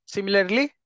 Similarly